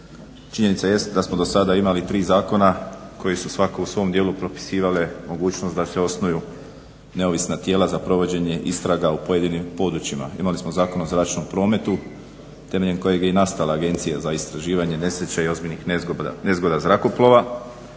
Činjenica jest da smo do sada imali tri zakona koji su svako u svom dijelu propisivale mogućnost da se osnuju neovisna tijela za provođenje istraga u pojedinim područjima. Imali smo Zakon o zračnom prometu temeljem kojeg je nastala Agencija za istraživanje nesreća i ozbiljnih nezgoda zrakoplova,